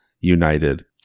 United